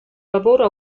lavoro